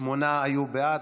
שמונה היו בעד,